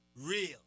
real